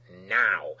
now